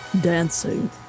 dancing